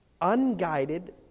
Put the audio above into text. unguided